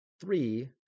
Three